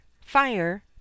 fire